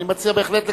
אני מציע בהחלט לקיים,